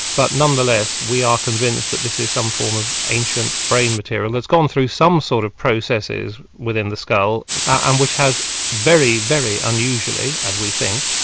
but none the less we are convinced that this is some form of ancient brain material. it's gone through some sort of processes within the skull and which has very, very unusually, as we think,